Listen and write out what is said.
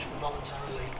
voluntarily